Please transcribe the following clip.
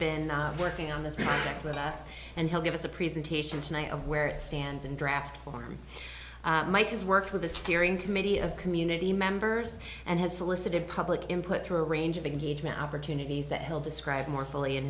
been working on this project with us and he'll give us a presentation tonight of where it stands in draft form mike has worked with the steering committee of community members and has solicited public input through a range of engagement opportunities that he'll describe more fully in